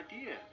idea